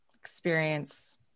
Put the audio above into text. Experience